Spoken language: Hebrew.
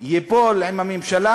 ייפול עם הממשלה,